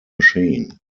machine